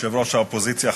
יושב-ראש האופוזיציה,